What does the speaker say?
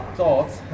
thoughts